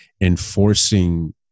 enforcing